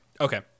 okay